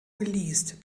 geleast